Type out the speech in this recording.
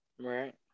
Right